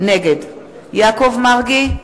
נגד יעקב מרגי,